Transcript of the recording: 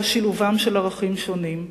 אלא שילובם של ערכים שונים.